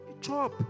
Chop